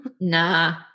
Nah